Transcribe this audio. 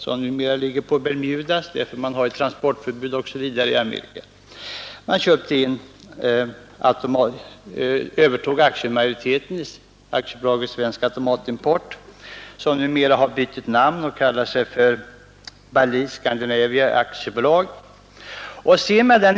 Det ligger numera på Bermudas, eftersom det finns transportförbud m.m. i Amerika. Man övertog aktiemajoriteten i AB Svensk Automatimport, som numera har bytt namn och kallar sig för Bally Scandinavia AB.